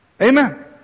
Amen